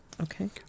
Okay